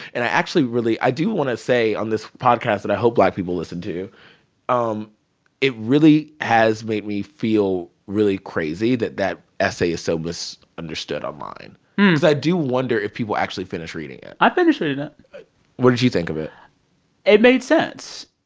and i actually really i do want to say on this podcast that i hope black people listen to um it really has made me feel really crazy that that essay is so misunderstood online because i do wonder if people actually finished reading it i finished reading it what did you think of it? it made sense,